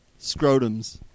Scrotums